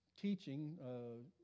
teaching